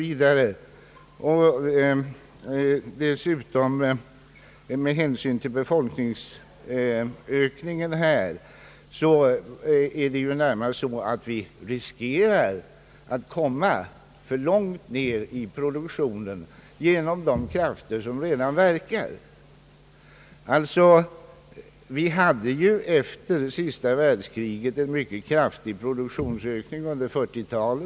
V., och dessutom med hänsyn till befolkningsökningen, riskerar vi närmast att komma alltför långt ned i produktionen genom de krafter som redan verkar. Vi hade efter senaste världskriget en mycket kraftig produktionsökning under 1940-talet.